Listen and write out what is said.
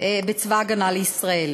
בצבא ההגנה לישראל.